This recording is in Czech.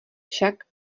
však